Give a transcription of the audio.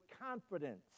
confidence